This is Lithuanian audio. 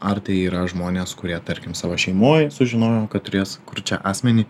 ar tai yra žmonės kurie tarkim savo šeimoj sužinojo kad turės kurčią asmenį